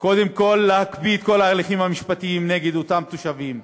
קודם כול להקפיא את כל ההליכים המשפטיים נגד אותם תושבים,